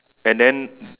and then